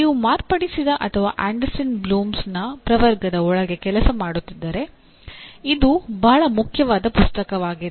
ನೀವು ಮಾರ್ಪಡಿಸಿದ ಅಥವಾ ಆಂಡರ್ಸನ್ ಬ್ಲೂಮ್ಸ್ನ ಪ್ರವರ್ಗದ ಒಳಗೆ ಕೆಲಸ ಮಾಡುತ್ತಿದ್ದರೆ ಇದು ಬಹಳ ಮುಖ್ಯವಾದ ಪುಸ್ತಕವಾಗಿದೆ